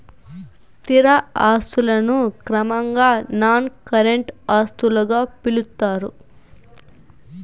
స్థిర ఆస్తులను క్రమంగా నాన్ కరెంట్ ఆస్తులుగా పిలుత్తారు